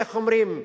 מאיך אומרים,